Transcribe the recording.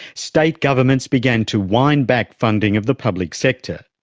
state governments began to wind back funding of the public sector.